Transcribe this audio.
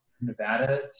Nevada